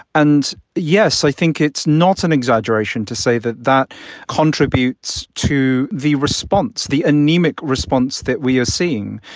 and yes, i think it's not an exaggeration to say that that contributes to the response, the anemic response that we are seeing.